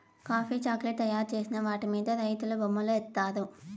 coffee chocolate తయారు చేసిన వాటి మీద రైతులు బొమ్మలు ఏత్తారు